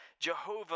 jehovah